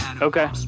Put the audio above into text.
Okay